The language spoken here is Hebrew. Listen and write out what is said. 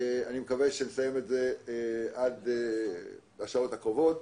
אני מקווה שנסיים את זה בשעות הקרובות.